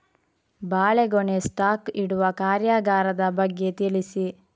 ಬಾಳೆಗೊನೆ ಸ್ಟಾಕ್ ಇಡುವ ಕಾರ್ಯಗಾರದ ಬಗ್ಗೆ ತಿಳಿಸಿ